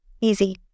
Easy